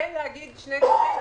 כן להגיד שני דברים.